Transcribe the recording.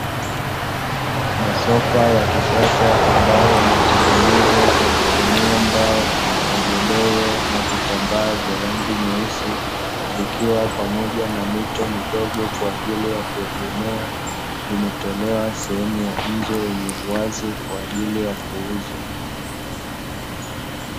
Masofa ya kisasa ambayo yametengenezwa kwa kutumia mbao magodoro na vitambaa vya rangi nyeusi, zikiwa pamoja na mito midogo kwa ajili ya kuegemea vimetolewa sehemu ya nje yenye uwazi kwa ajili ya kuuzwa.